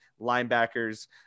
linebackers